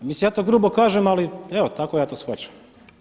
Mislim, ja to grubo kažem, ali evo tako ja to shvaćam.